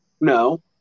no